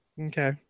Okay